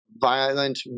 violent